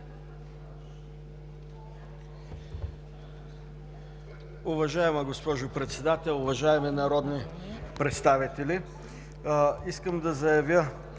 Уважаема госпожо Председател, уважаеми народни представители! Искам да заявя